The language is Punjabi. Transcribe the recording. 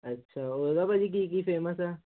ਭਾਅ ਜੀ ਕੀ ਕੀ ਫੇਮਸ ਆ